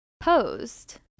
posed